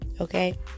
Okay